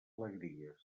alegries